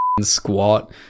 squat